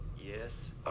Yes